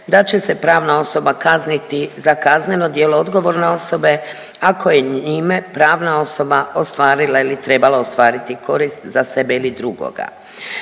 da će se pravna osoba kazniti za kazneno djelo odgovorne osobe ako je njime pravna osoba ostvarila ili trebala ostvariti korist za sebe ili drugoga.